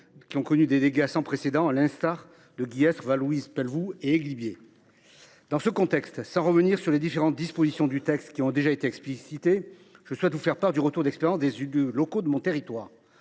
ont connu des dégâts sans précédent : Guillestre, Vallouise Pelvoux et Eygliers. Dans ce contexte, sans revenir sur les différentes dispositions du texte qui ont déjà été explicitées, je souhaite vous faire part du retour d’expérience des élus locaux de mon territoire.